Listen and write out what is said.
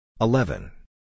Eleven